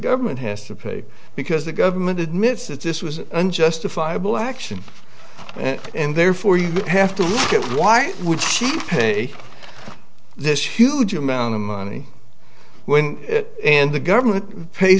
government has to pay because the government admits that this was unjustified bill action and therefore you have to look at why would she pay this huge amount of money when and the government pay